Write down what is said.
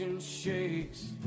Shakes